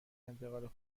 انتقال